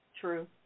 True